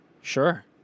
Sure